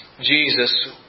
Jesus